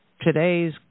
today's